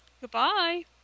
Goodbye